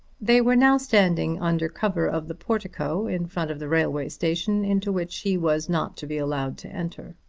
they were now standing under cover of the portico in front of the railway station, into which he was not to be allowed to enter.